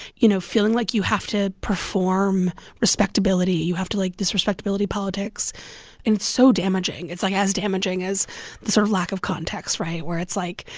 you know, feeling like you have to perform respectability, you have to like, this respectability politics and it's so damaging. it's, like, as damaging as the sort of lack of context right? where it's like,